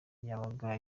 yabaga